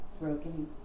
broken